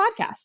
podcast